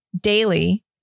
daily